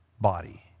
body